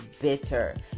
bitter